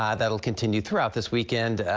um that'll continue throughout this weekend.